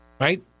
right